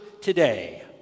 today